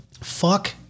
fuck